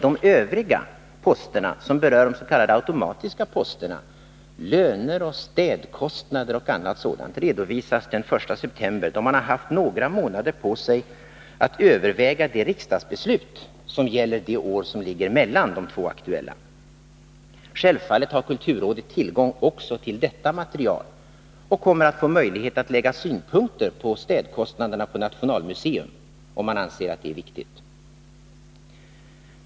De övriga posterna, som berör de s.k. automatiska posterna löner, städkostnader och annat sådant, redovisas den 1 september, då man har haft några månader på sig att överväga det riksdagsbeslut som gäller det år som ligger mellan de två aktuella. Självfallet har kulturrådet tillgång också till detta material och kommer att få möjlighet att anlägga synpunkter på städkostnaderna för Nationalmuseum, om man anser att det är viktigt.